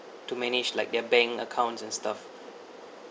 to manage like their bank accounts and stuff